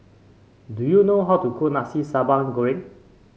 do you know how to cook Nasi Sambal Goreng